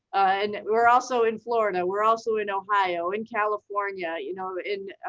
and we're also in florida, we're also in ohio. in california, you know in